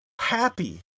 happy